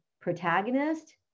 protagonist